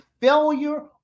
failure